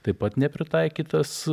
taip pat nepritaikytas